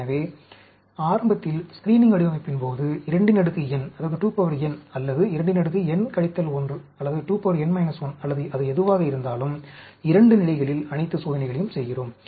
எனவே ஆரம்பத்தில் ஸ்கிரீனிங் வடிவமைப்பின் போது 2n அல்லது 2n 1 அல்லது அது எதுவாக இருந்தாலும் 2 நிலைகளில் அனைத்து சோதனைகளையும் செய்கிறோம்